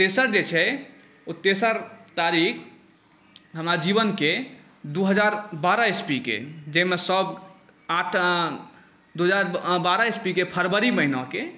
आओर तेसर जे छै तेसर तारीख हमरा जीवनके दुइ हजार बारह इसवीके जाहिमे सब आटन दुइ हजार बारह इसवीके फरवरी महिनाके